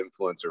influencer